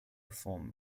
reform